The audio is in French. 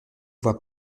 vois